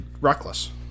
reckless